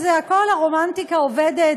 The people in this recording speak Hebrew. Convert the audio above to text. כל הרומנטיקה עובדת,